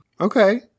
Okay